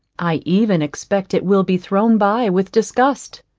i even expect it will be thrown by with disgust.